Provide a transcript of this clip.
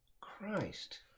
Christ